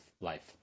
life